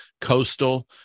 coastal